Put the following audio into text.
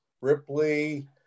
ripley